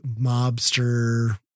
mobster